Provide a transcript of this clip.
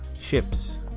ships